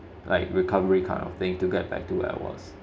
like recovery kind of thing to get back to like was